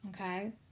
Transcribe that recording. okay